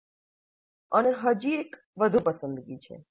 અને હજી એક વધુ પસંદગી છે